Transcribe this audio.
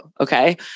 Okay